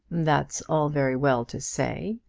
that's all very well to say.